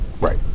Right